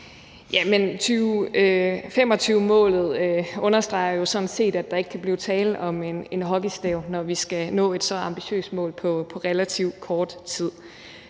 2025-målet understreger jo sådan set, at der ikke kan blive tale om en hockeystav, når vi skal nå et så ambitiøst mål på relativt kort tid.